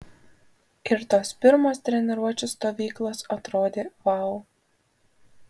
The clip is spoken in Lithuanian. ir tos pirmos treniruočių stovyklos atrodė vau